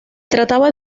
trataba